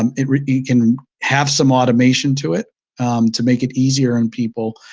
um it it can have some automation to it to make it easier on people,